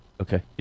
Okay